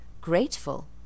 Grateful